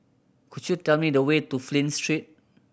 could you tell me the way to Flint Street